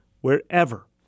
wherever